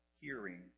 hearing